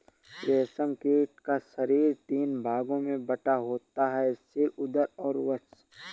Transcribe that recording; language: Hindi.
रेशम कीट का शरीर तीन भागों में बटा होता है सिर, उदर और वक्ष